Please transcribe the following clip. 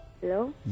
hello